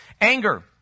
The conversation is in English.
Anger